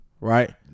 Right